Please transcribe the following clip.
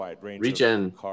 Regen